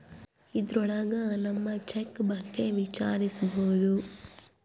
ಇದ್ರೊಳಗ ನಮ್ ಚೆಕ್ ಬಗ್ಗೆ ವಿಚಾರಿಸ್ಬೋದು